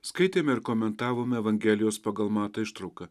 skaitėme ir komentavome evangelijos pagal matą ištrauką